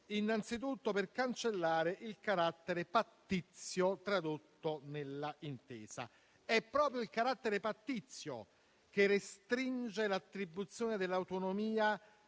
innanzitutto per cancellare il carattere pattizio tradotto nell'intesa. È proprio il carattere pattizio che restringe l'attribuzione dell'autonomia